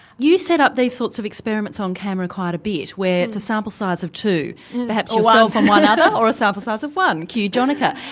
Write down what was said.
you set up these sorts of experiments on camera quite a bit where it's a sample size of two perhaps yourself and one other, or a sample size of one cue jonica.